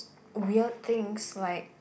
weird things like